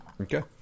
Okay